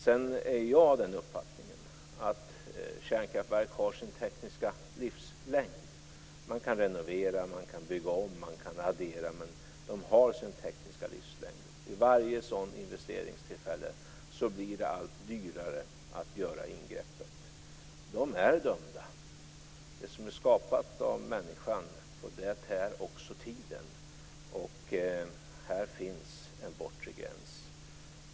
Sedan är jag av den uppfattningen att kärnkraftverk har sin tekniska livslängd. Man kan renovera, bygga om och addera, men de har sin tekniska livslängd. Vid varje sådant investeringstillfälle blir det allt dyrare att göra ingreppet. De är dömda. På det som är skapat av människan tär också tiden. Här finns en bortre gräns.